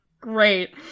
Great